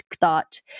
thought